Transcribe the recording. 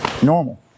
Normal